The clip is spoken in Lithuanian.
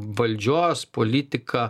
valdžios politiką